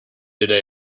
today